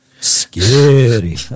Scary